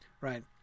right